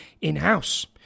in-house